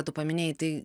tu paminėjai tai